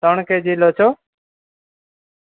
ત્રણ કેજી લોચો